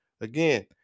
Again